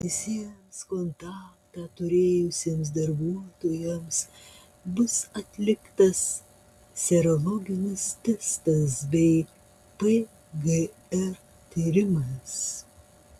visiems kontaktą turėjusiems darbuotojams bus atliktas serologinis testas bei pgr tyrimas